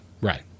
Right